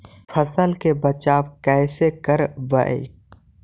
फसल के बचाब कैसे करबय?